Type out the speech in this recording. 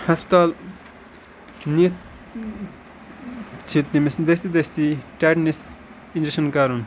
ہَسپَتال نِتھ چھِ تٔمِس دٔستی دٔستی ٹٮ۪ٹنِس اِنجَکشَن کَرُن